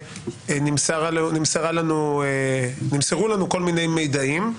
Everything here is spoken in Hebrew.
נמסרו לנו כל מיני מיידעים,